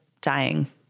dying